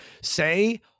Say